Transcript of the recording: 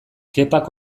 kepak